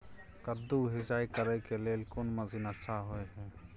कद्दू के सिंचाई करे के लेल कोन मसीन अच्छा होय है?